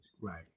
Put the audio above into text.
Right